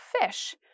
fish